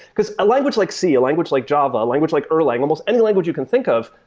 because a language like c, a language like java, a language like erlang, almost any language you can think of,